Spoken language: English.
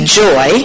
joy